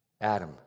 Adam